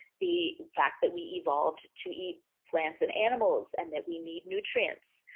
the fact that we evolved to eat plants and animals and that we need nutrients.